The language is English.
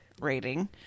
rating